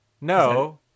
no